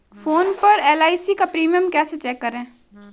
Phone पर LIC का premium कैसे चेक करें?